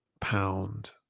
pound